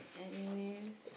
anyways